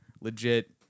legit